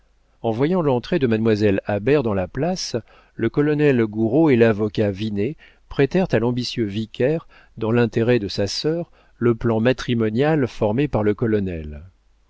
en voyant l'entrée de mademoiselle habert dans la place le colonel gouraud et l'avocat vinet prêtèrent à l'ambitieux vicaire dans l'intérêt de sa sœur le plan matrimonial formé par le colonel